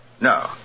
No